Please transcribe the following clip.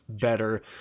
better